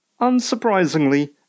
Unsurprisingly